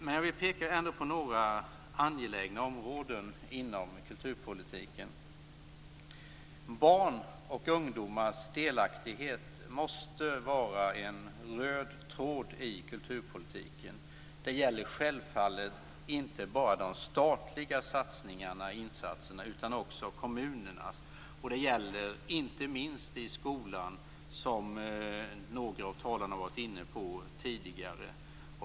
Jag vill peka på några angelägna områden inom kulturpolitiken. Barns och ungdomars delaktighet måste vara en röd tråd i kulturpolitiken. Det gäller självfallet inte bara de statliga satsningarna och insatserna utan också kommunernas. Det gäller inte minst i skolan, som några av talarna har varit inne på tidigare.